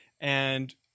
And-